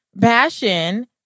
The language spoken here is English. passion